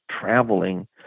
traveling